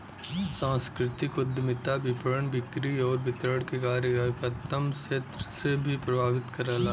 सांस्कृतिक उद्यमिता विपणन, बिक्री आउर वितरण के कार्यात्मक क्षेत्र के भी प्रभावित करला